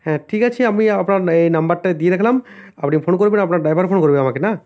হ্যাঁ ঠিক আছে আমি আপনার এই নম্বরটাই দিয়ে রাখলাম আপনি ফোন করবেন আপনার ড্রাইভার ফোন করবে আমাকে না